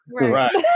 Right